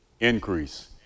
Increase